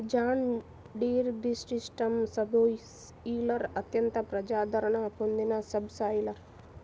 John Deere green system subsoiler అత్యంత ప్రజాదరణ పొందిన సబ్ సాయిలర్